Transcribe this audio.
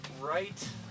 right